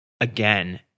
again